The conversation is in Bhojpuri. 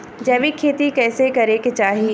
जैविक खेती कइसे करे के चाही?